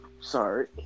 Sorry